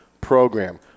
program